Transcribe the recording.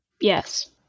Yes